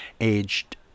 aged